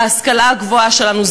ההשכלה הגבוהה שלנו.